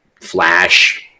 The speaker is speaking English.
Flash